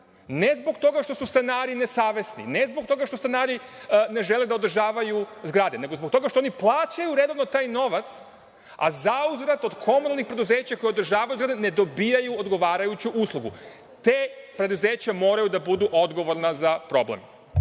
Ne zbog toga što su stanari nesavesni, ne zbog toga što stanari ne žele da održavaju zgrade, nego zbog toga što oni plaćaju redovno taj novac, a zauzvrat od komunalnih preduzeća koje održavaju zgrade ne dobijaju odgovarajuću uslugu. Ta preduzeća moraju da budu odgovorna za problem.